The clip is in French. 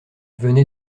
venait